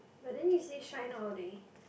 but then it say shine all day